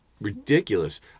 ridiculous